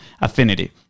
affinity